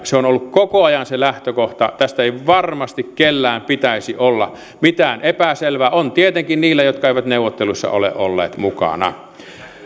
se on ollut koko ajan se lähtökohta tästä ei varmasti kellään pitäisi olla mitään epäselvää on tietenkin niillä jotka eivät neuvotteluissa ole olleet mukana